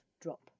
drop